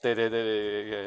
对对对对对对对对